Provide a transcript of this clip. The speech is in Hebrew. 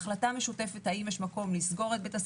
החלטה משותפת האם יש מקום לסגור את בית הספר,